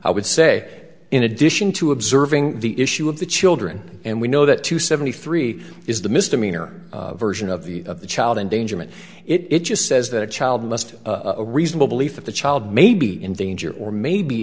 i would say in addition to observing the issue of the children and we know that two seventy three is the misdemeanor version of the of the child endangerment it just says that a child must a reasonable belief that the child may be in danger or may be